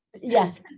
Yes